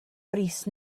brys